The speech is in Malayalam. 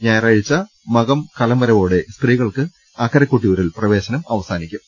ഞായറാഴ്ച മകം കലംവരവോടെ സ്ത്രീകൾക്ക് അക്കെരെ കൊട്ടിയൂരിൽ പ്രവേശനം അവസാനിക്കും